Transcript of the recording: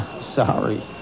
Sorry